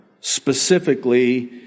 specifically